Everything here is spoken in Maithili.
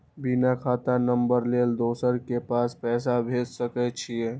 बिना खाता नंबर लेल दोसर के पास पैसा भेज सके छीए?